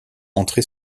entrer